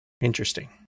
Interesting